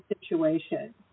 situation